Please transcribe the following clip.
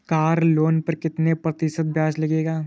Car loan पर कितने प्रतिशत ब्याज लगेगा?